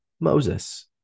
Moses